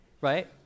right